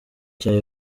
cya